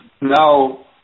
now